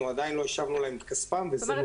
עדין לא השבנו להם את כספם -- זאת אומרת,